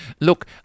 look